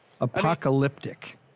Apocalyptic